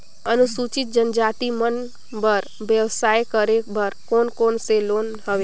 अनुसूचित जनजाति मन बर व्यवसाय करे बर कौन कौन से लोन हवे?